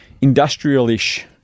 industrial-ish